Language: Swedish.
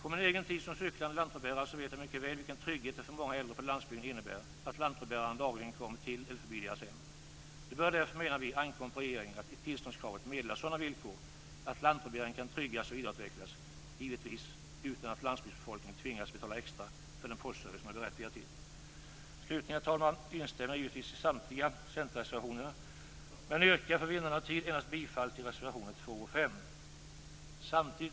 Från min egen tid som cyklande lantbrevbärare vet jag mycket väl vilken trygghet det innebär för många äldre på landsbygden att lantbrevbäraren dagligen kommer till eller förbi deras hem. Det bör därför, menar vi, ankomma på regeringen att i tillståndskravet meddela sådana villkor att lantbrevbäringen kan tryggas och vidareutvecklas, givetvis utan att landsbygdbefolkningen tvingas betala extra för den postservice som den är berättigad till. Herr talman! Slutligen instämmer jag givetvis i samtliga centerreservationer, men jag yrkar, för vinnande av tid, bifall endast till reservationerna 2 och 5.